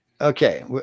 Okay